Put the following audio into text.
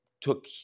took